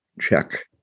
check